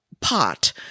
pot